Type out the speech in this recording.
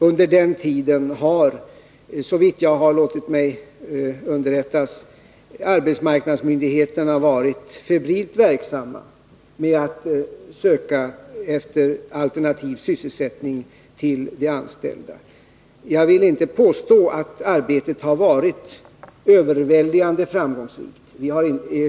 Under denna tid har, enligt vad jag har låtit mig underrättas, arbetsmarknadsmyndigheterna varit febrilt verksamma med att söka efter alternativ sysselsättning till de anställda. Jag vill inte påstå att arbetet har varit överväldigande framgångsrikt.